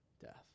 death